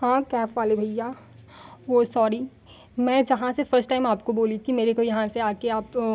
हाँ कैफ़ वाले भैया वह सॉरी मैं जहाँ से फ़स्ट टाइम आपको बोली कि मेरे को यहाँ से आकर आप